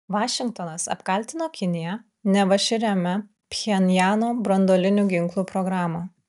vašingtonas apkaltino kiniją neva ši remia pchenjano branduolinių ginklų programą